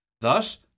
Thus